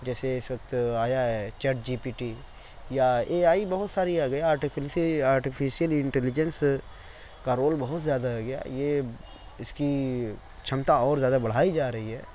جیسے اس وقت آیا ہے چیٹ جی پی ٹی یا اے آئی بہت ساری آ گیا آرٹی فلسی آرٹیفیشیل اینٹیلیجینس کا رول بہت زیادہ آ گیا یہ اس کی چھمتا اور زیادہ بڑھائی جا رہی ہے